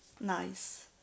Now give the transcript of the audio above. nice